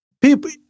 People